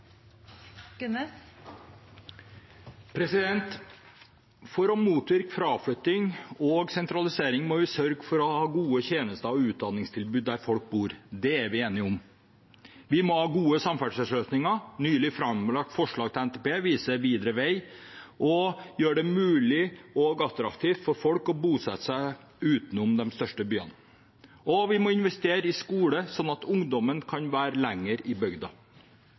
For å motvirke fraflytting og sentralisering må vi sørge for å ha gode tjenester og utdanningstilbud der folk bor. Det er vi enige om. Vi må ha gode samferdselsløsninger. Nylig framlagt forslag til NTP viser videre vei og gjør det mulig og attraktivt for folk å bosette seg utenom de største byene. Vi må også investere i skole, sånn at ungdommen kan være lenger i bygda.